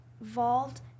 involved